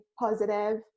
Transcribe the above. positive